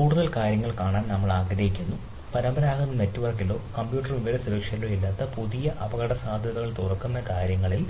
കൂടുതൽ കാര്യങ്ങൾ കാണാൻ നമ്മൾ ആഗ്രഹിക്കുന്നു പരമ്പരാഗത നെറ്റ്വർക്കിലോ കമ്പ്യൂട്ടറിലോ വിവര സുരക്ഷയിലോ ഇല്ലാത്ത പുതിയ അപകടസാധ്യതകൾ തുറക്കുന്ന കാര്യങ്ങളിൽ